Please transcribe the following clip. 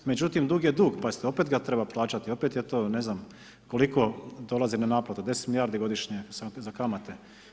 Međutim dug je dug, pazite, opet ga treba plaćati, opet je to, ne znam koliko dolazi na naplatu, 10 milijardi godišnje ... kamate.